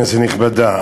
כנסת נכבדה,